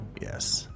Yes